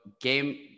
game